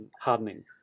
hardening